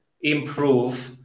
improve